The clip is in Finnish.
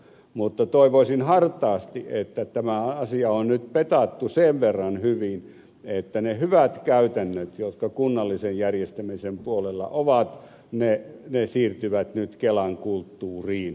mutta toivoisin hartaasti että tämä asia on nyt pedattu sen verran hyvin että ne hyvät käytännöt jotka kunnallisen järjestämisen puolella ovat siirtyvät nyt kelan kulttuuriin